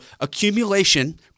accumulation